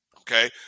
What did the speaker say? Okay